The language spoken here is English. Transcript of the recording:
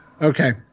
Okay